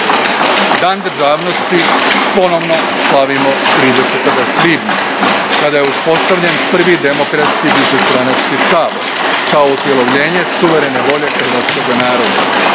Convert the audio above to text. Dan državnosti ponovno slavimo 30. svibnja, kada je uspostavljen prvi demokratski višestranački sabor, kao utjelovljenje suverene volje hrvatskog naroda.